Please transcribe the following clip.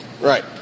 Right